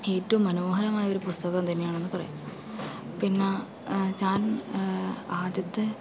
ഏറ്റവും മനോഹരമായ ഒരു പുസ്തകം തന്നെയാണെന്ന് പറയാം പിന്നെ ഞാൻ ആദ്യത്തെ